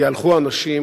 יהלכו אנשים